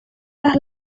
las